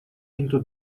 into